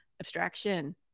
abstraction